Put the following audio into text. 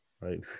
right